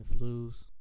flus